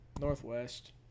Northwest